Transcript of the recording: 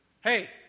Hey